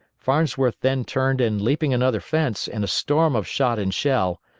farnsworth then turned and leaping another fence in a storm of shot and shell,